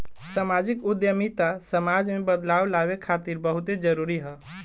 सामाजिक उद्यमिता समाज में बदलाव लावे खातिर बहुते जरूरी ह